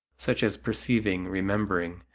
such as perceiving, remembering,